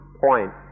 point